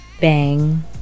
Bang